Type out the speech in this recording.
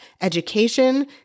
Education